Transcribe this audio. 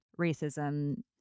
racism